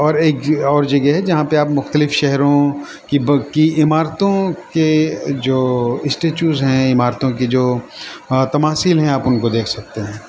اور ایک جو اور جگہ ہے جہاں پہ آپ مختلف شہروں کی پکی عمارتوں کے جو اسٹیچوز ہیں عمارتوں کی جو تماثیل ہیں آپ ان کو دیکھ سکتے ہیں